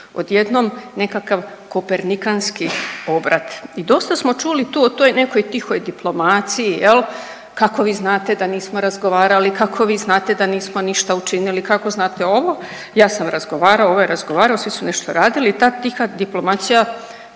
odjednom nekakav kopernikanski obrat. I dosta smo čuli tu o toj nekoj tihoj diplomaciji jel, kako vi znate da nismo razgovarali, kako vi znate da nismo ništa učinili, kako vi znate ovo, ja sam razgovarao, ovaj je razgovarao, svi su nešto radili i ta tiha diplomacija